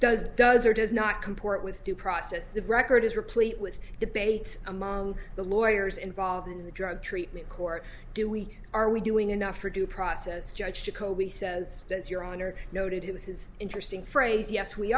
does does or does not comport with due process the record is replete with debates among the lawyers involved in the drug treatment court do we are we doing enough for due process judge jacoby says that your honor noted with his interesting phrase yes we